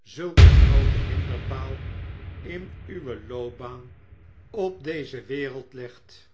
zulk een grooten hinderpaal in uwe loopbaan op deze wereld legt